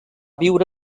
viure